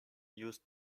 used